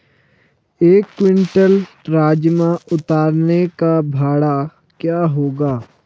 एक क्विंटल राजमा उतारने का भाड़ा क्या होगा?